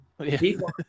People